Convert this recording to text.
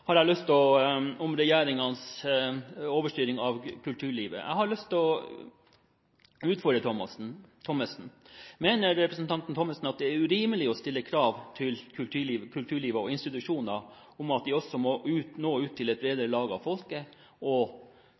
har jeg lyst til å stille representanten et spørsmål om regjeringens overstyring av kulturlivet. Jeg har lyst til å utfordre Thommessen: Mener representanten Thommessen at det er urimelig å stille krav til kulturlivet og institusjonene om at de også må nå ut til et bredere lag av folket